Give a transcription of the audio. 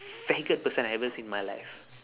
faggot person I've ever seen my life